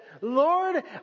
Lord